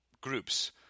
groups